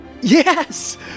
Yes